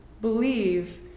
believe